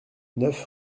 neuf